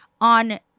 on